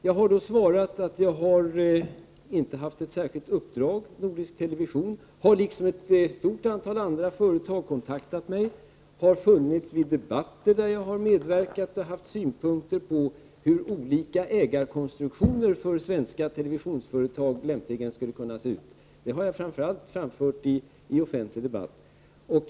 Jag har då svarat att jag inte haft något särskilt uppdrag— Nordisk Television har liksom ett stort antal andra företag kontaktat mig och har funnits representerat vid debatter där jag har medverkat och haft synpunkter på hur olika ägarkonstruktioner för svenska televisionsföretag lämpligen skulle kunna se ut. Det har jag framfört, framför allt i offentlig debatt.